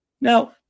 Now